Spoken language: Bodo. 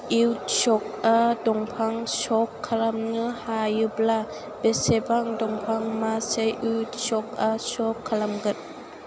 इउट सखआ दंफां सख खालामनो हायोब्ला बेसेबां दंफां मासै इउट सखआ सख खालाममोन